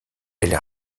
elle